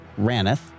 Raneth